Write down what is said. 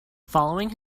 following